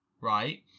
right